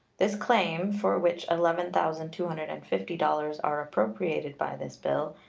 this claim, for which eleven thousand two hundred and fifty dollars are appropriated by this bill,